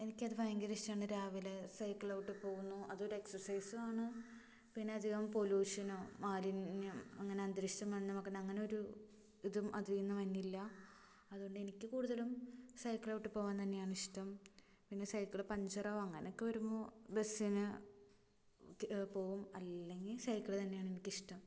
എനിക്കത് ഭയങ്കര ഇഷ്ടമാണ് രാവിലെ സൈക്കിള് ചവിട്ടി പോവുന്നു അതൊരു എക്സസൈസുമാണ് പിന്നെ അധികം പൊലൂഷനോ മാലിന്യം അങ്ങനെ അന്തരീക്ഷം മലിനമാക്കുന്ന അങ്ങനൊരു ഇതും അതില്നിന്ന് വെണ്ണില്ല അതുകൊണ്ട് എനിക്ക് കൂടുതലും സൈക്കിള് ചവിട്ടി പോവാന് തന്നെയാണിഷ്ടം പിന്നെ സൈക്കിള് പഞ്ചറോ അങ്ങനൊക്കെ വരുമ്പോള് ബസ്സിന് പോവും അല്ലെങ്കില് സൈക്കിള് തന്നെയാണ് എനിക്കിഷ്ടം